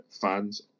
fans